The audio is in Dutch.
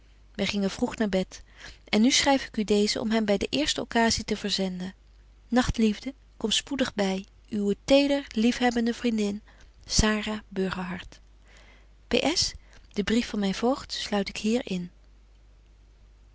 wy gingen vroeg naar bed en nu schryf ik u deezen om hem by de eerste occasie te verzenden nagt liefde kom spoedig by uwe teder liefhebbende vriendin p s de brief van myn voogd sluit ik hier in